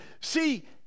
See